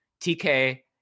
TK